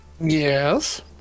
Yes